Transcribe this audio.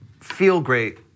feel-great